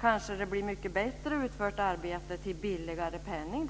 kanske det blir ett mycket bättre utfört arbete och dessutom till en billigare penning.